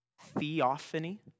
Theophany